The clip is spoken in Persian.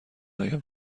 آیم